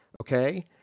Okay